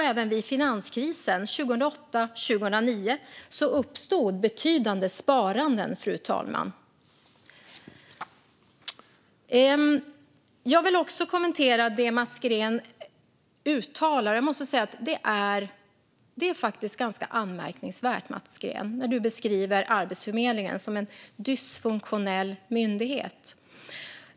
Även vid finanskrisen 2008-2009 uppstod betydande sparanden, fru talman. Jag vill också kommentera ett annat uttalande av Mats Green. Det är faktiskt ganska anmärkningsvärt, Mats Green, när du beskriver Arbetsförmedlingen som en dysfunktionell myndighet.